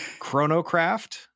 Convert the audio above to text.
chronocraft